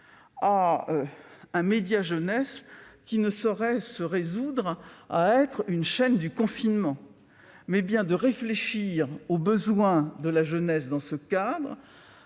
à un média jeunesse qui ne saurait se résoudre à être une chaîne du confinement. Il faut bien analyser les besoins de la jeunesse dans ce cadre